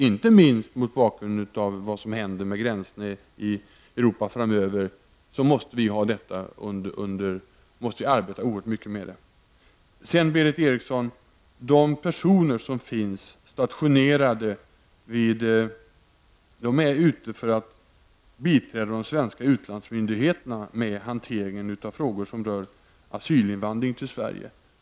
Inte minst med tanke på vad som händer med gränserna i Europa framöver måste vi arbeta mycket med detta. Sedan vänder jag mig till Berith Eriksson. De personer som finns stationerade utomlands är ute för att biträda de svenska utlandsmyndigheterna när det gäller hanteringen av frågor som rör asylinvandringen till Sverige.